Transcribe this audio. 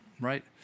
right